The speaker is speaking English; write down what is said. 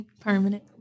Permanent